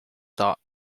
thought